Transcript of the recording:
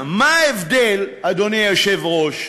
מה ההבדל, אדוני היושב-ראש,